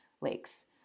lakes